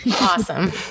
awesome